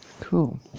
Cool